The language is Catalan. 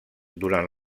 durant